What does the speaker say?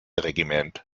regiment